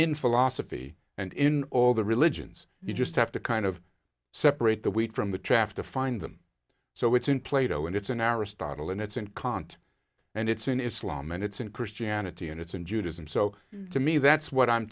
in philosophy and in all the religions you just have to kind of separate the wheat from the chaff to find them so it's in plato and it's an error startle and it's and can't and it's in islam and it's in christianity and it's in judaism so to me that's what i'm